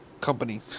company